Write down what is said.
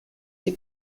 die